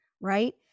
right